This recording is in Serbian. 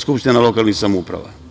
skupština lokalnih samouprava.